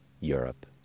Europe